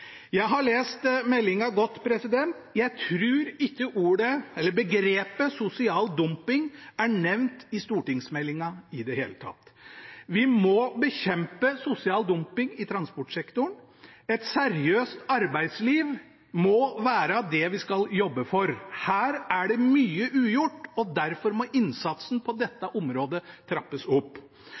Jeg har lest meldingen godt. Jeg tror ikke begrepet «sosial dumping» er nevnt i stortingsmeldingen i det hele tatt. Vi må bekjempe sosial dumping i transportsektoren. Et seriøst arbeidsliv må være det vi skal jobbe for. Her er det mye ugjort, og derfor må innsatsen på dette området trappes opp.